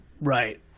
Right